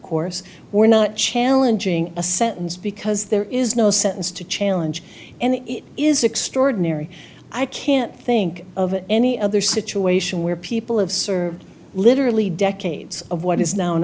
course we're not challenging a sentence because there is no sentence to challenge and it is extraordinary i can't think of any other situation where people have served literally decades of what is now an